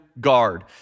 guard